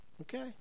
Okay